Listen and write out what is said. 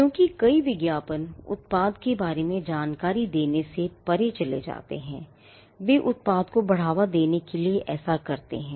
क्योंकि कई विज्ञापन उत्पाद के बारे में जानकारी देने से परे चले जाते हैं वे उत्पाद को बढ़ावा देने के लिए ऐसा करते हैं